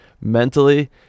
mentally